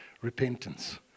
repentance